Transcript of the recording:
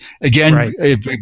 Again